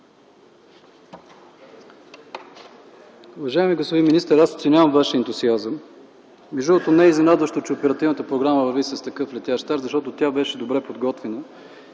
Уважаеми господин министър, аз оценявам Вашия ентусиазъм. Между другото, не е изненадващо, че оперативната програма върви с такъв летящ старт, защото тя беше добре подготвена.